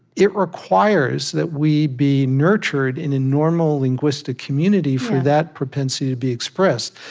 it requires that we be nurtured in a normal linguistic community for that propensity to be expressed.